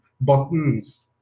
buttons